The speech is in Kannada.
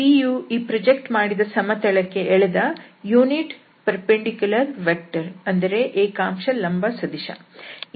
ಈ p ಯು ಈ ಪ್ರೊಜೆಕ್ಟ್ ಮಾಡಿದ ಸಮತಲಕ್ಕೆ ಎಳೆದ ಏಕಾಂಶ ಲಂಬ ಸದಿಶ